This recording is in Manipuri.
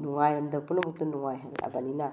ꯅꯨꯡꯉꯥꯏꯔꯝꯗꯕ ꯄꯨꯝꯅꯃꯛꯇꯣ ꯅꯨꯡꯉꯥꯏꯍꯜꯂꯛꯕꯅꯤꯅ